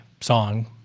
song